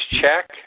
check